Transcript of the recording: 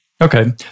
Okay